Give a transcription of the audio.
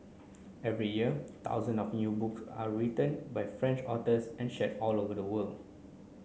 every year thousand of new book are written by French authors and shared all over the world